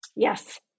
Yes